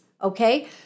Okay